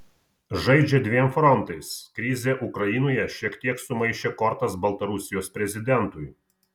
žaidžia dviem frontais krizė ukrainoje šiek tiek sumaišė kortas baltarusijos prezidentui